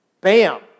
Bam